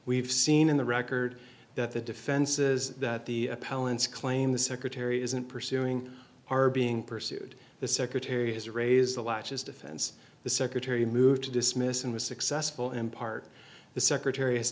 we've seen in the record that the defenses that the appellant's claim the secretary isn't pursuing are being pursued the secretary has raised the latch as defense the secretary moved to dismiss and was successful in part the secretary